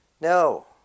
No